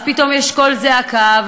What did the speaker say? פתאום יש קול זעקה,